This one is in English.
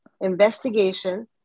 investigation